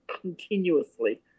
continuously